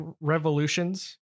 Revolutions